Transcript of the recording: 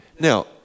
Now